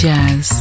Jazz